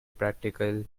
practical